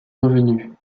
revenus